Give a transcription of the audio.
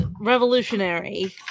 revolutionary